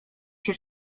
się